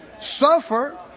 suffer